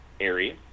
area